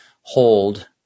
Hold